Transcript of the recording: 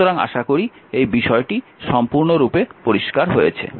সুতরাং আশা করি এই বিষয়টি সম্পূর্ণরূপে পরিষ্কার হয়েছে